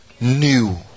new